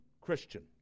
Christian